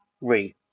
read